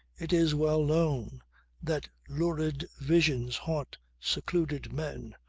it is well known that lurid visions haunt secluded men,